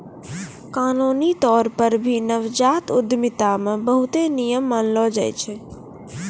कानूनी तौर पर भी नवजात उद्यमिता मे बहुते नियम मानलो जाय छै